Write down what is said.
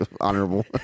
honorable